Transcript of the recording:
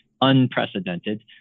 Unprecedented